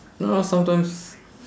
you know sometimes